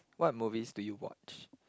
what movies do you watch